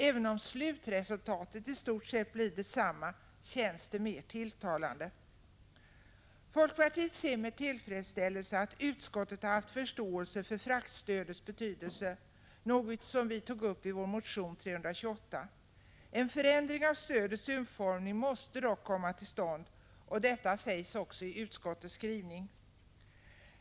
Även om slutresultatet i stort sett blir detsamma känns det mer tilltalande. Folkpartiet ser med tillfredsställelse att utskottet har haft förståelse för fraktstödets betydelse — något som vi tog upp i vår motion 328. En förändring av stödets utformning måste dock komma till stånd, och detta sägs också i utskottets skrivning.